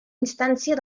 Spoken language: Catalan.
instància